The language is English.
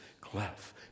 clef